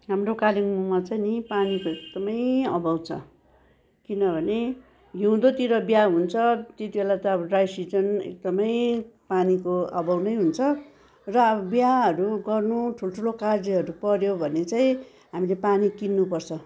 हाम्रो कालिम्पोङमा चाहिँ नि पानीको एकदमै अभाव छ किनभने हिउँदोतिर बिहा हुन्छ त्यति बेला त अब ड्राई सिजन एकदमै पानीको अभावनै हुन्छ र अब बिहाहरू गर्नु ठुल्ठुलो कार्यहरू पऱ्यो भने चाहिँ हामीले पानी किन्नुपर्छ